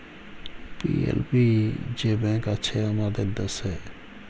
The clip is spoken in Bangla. পি.এল.বি যে ব্যাঙ্ক আসে হামাদের দ্যাশে